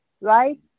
right